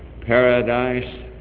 paradise